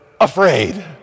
afraid